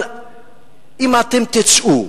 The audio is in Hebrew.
אבל אם אתם תצאו,